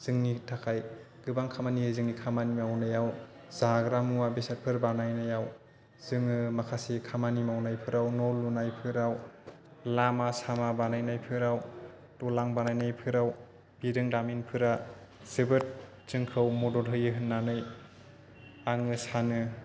जोंनि थाखाय गोबां खामानि जोंनि खामानि मावनायाव जाग्रा मुवा बेसादफोर बानायनायाव जोङो माखासे खामानि मावनायफोराव न' लुनायफोराव लामा सामा बानायनायफोराव दालां बानायनायफोराव बिरोंदामिनफोरा जोबोद जोंखौ मदद होयो होननानै आङो सानो